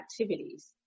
activities